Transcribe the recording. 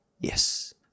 Yes